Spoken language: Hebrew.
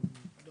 אותנו